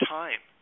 time